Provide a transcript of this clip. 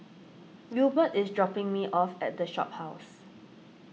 Wilbert is dropping me off at the Shophouse